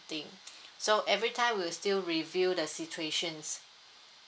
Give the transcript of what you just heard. thing so every time we'll still review the situations